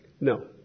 No